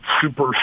super